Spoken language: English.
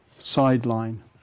sideline